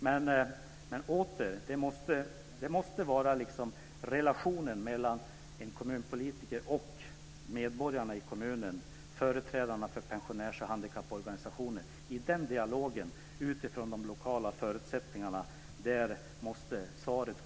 Men återigen: Svaren måste komma utifrån de lokala förutsättningarna, från en dialog mellan kommunpolitiker, kommuninvånare och företrädare för pensionärs och handikapporganisationer.